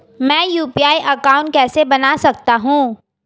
मैं UPI account कैसे बना सकता हूं?